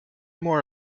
more